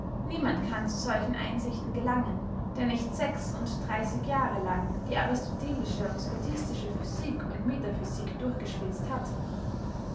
niemand kann zu solchen einsichten gelangen der nicht sechs und dreißig jahre lang die aristotelische und scotistische physik und metaphysik durchgeschwitzt hat